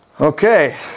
Okay